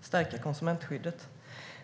stärka konsumentskyddet.